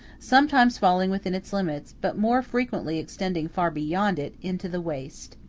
sometimes falling within its limits, but more frequently extending far beyond it, into the waste.